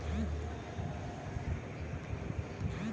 মাটির উপরে পুকুরে, খালে, বিলে যে পানি পাওয়া যায়টে